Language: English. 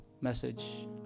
message